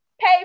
pay